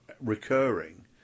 recurring